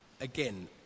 again